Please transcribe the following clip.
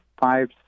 five